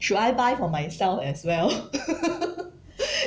should I buy for myself as well